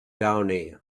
downey